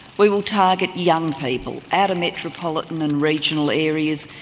we will target young people, outer-metropolitan and regional areas,